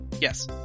yes